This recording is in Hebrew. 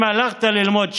אם הלכת ללמוד שם,